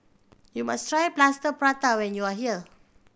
you must try Plaster Prata when you are here